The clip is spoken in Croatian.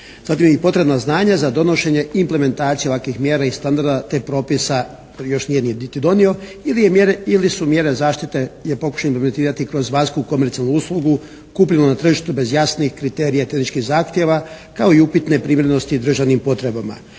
dakle i potrebna znanja za donošenje implementacije ovakvih mjera i standarda te propisa, koje još nije niti donio, ili su mjere zaštite … /Govornik se ne razumije./ … kroz vanjsku komercijalnu uslugu, kupljenu na tržištu bez jasnih kriterija tržišnih zahtjeva kao i upitne primjerenosti državnim potrebama.